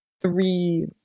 three